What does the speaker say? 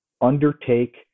undertake